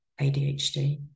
adhd